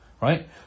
Right